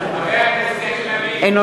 (קוראת בשמות חברי הכנסת) אילן גילאון,